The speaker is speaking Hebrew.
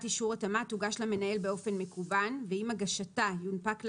אישור התאמה תוגש למנהל באופן מקוון ועם הגשתה יונפק ליבואן,